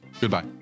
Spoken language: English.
Goodbye